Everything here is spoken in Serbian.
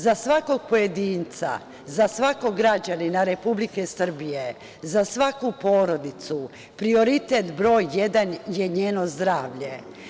Za svakog pojedinca, za svakog građanina Republike Srbije, za svaku porodicu prioritet broj jedan je njeno zdravlje.